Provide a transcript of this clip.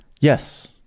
Yes